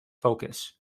focus